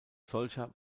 solcher